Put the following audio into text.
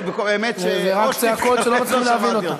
זה רק צעקות שלא מצליחים להבין אותן.